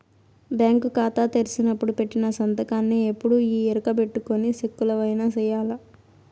bank కాతా తెరిసినపుడు పెట్టిన సంతకాన్నే ఎప్పుడూ ఈ ఎరుకబెట్టుకొని సెక్కులవైన సెయ్యాల